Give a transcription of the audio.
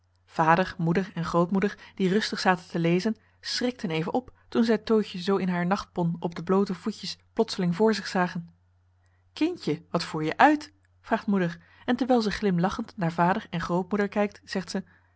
vader moeder en grootmoeder die rustig zaten te lezen schrikten even op toen zij tootje zoo in haar nachtpon op de bloote voetjes plotseling voor zich zagen kindje wat voer je uit vraagt moeder en terwijl ze glimlachend naar vader en grootmoeder kijkt zegt ze